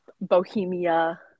bohemia